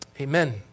amen